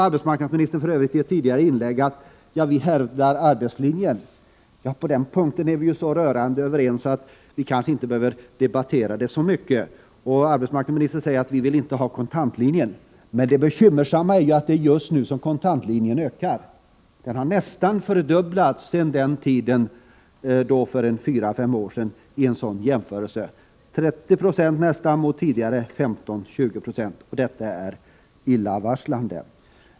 Arbetsmarkradsministern sade för övrigt i sitt tidigare inlägg att regeringen anser att man skall hävda arbetslinjen. På den punkten är vi så rörande överens att vi kanske inte behöver debattera det så mycket. Arbetsmarknadsministern säger att man inte vill ha kontantlinjen. Men det bekymmersamma är ju att det just nu är kontantlinjen som ökar. Den har nästan fördubblats i jämförelse med tiden för fyra fem år sedan — nästan 30 Jo mot tidigare 15-20 96. Det är illavarslande.